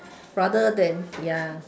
rather than ya